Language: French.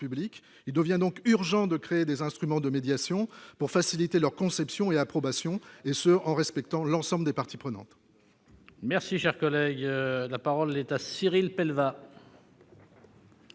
Il devient donc urgent de créer des instruments de médiation pour faciliter leur conception et leur approbation, en respectant l'ensemble des parties prenantes. La parole est à M. Cyril Pellevat.